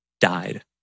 died